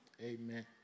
amen